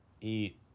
eat